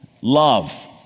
love